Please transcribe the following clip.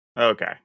Okay